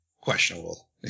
questionable